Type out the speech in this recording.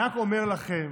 אני רק אומר לכם,